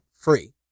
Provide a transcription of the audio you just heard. free